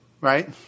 right